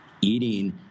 eating